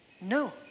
No